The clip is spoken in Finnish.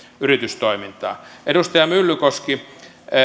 yritystoimintaa edustaja myllykoski